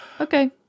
Okay